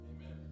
Amen